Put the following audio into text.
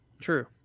True